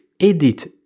edit